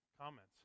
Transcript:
comments